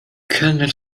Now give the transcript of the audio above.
kelner